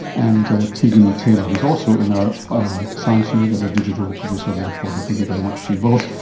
and tegan taylor, who is also in our um science unit as a digital producer and reporter. thank you very much to you both.